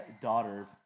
daughter